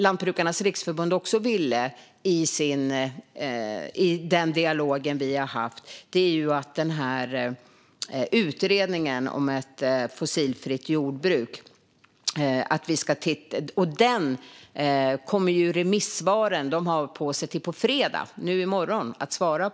Lantbrukarnas Riksförbund vill även att vi ska titta på remissvaren till utredningen om ett fossilfritt jordbruk, och de har på sig till i morgon fredag att svara.